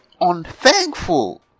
unthankful